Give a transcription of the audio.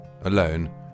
alone